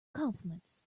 compliments